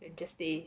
like just stay